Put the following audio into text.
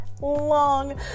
long